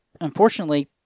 unfortunately